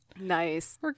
nice